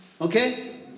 Okay